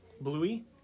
Bluey